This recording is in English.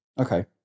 Okay